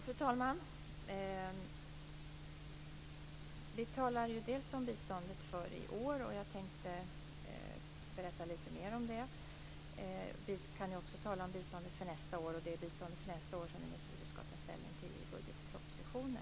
Fru talman! Vi talar om biståndet för i år, och jag tänkte berätta lite mer om det. Vi kan också tala om biståndet för nästa år, och det är biståndet för nästa år som vi nu ska ta ställning till i budgetpropositionen.